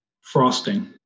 Frosting